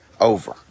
over